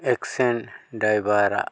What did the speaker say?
action driver